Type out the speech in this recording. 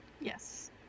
Yes